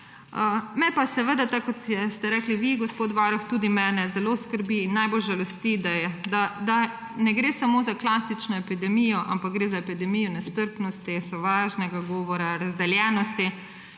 Tudi mene pa, tako kot ste rekli vi, gospod varuh, zelo skrbi in najbolj žalosti, da ne gre samo za klasično epidemijo, ampak gre za epidemijo nestrpnosti, sovražnega govora, razdeljenosti.